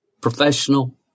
professional